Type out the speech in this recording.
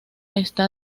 está